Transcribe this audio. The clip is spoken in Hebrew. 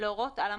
להורות על המתתו,